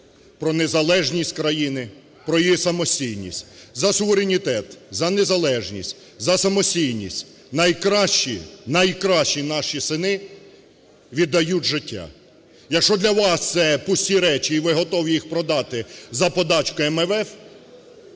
про незалежність країни, про її самостійність. За суверенітет, за незалежність, за самостійність найкращі… найкращі наші сини віддають життя. Якщо для вас це пусті речі і ви готові їх продати за подачки МВФ,